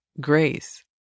Grace